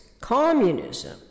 communism